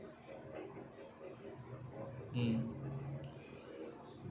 mm